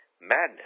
madness